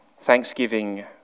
thanksgiving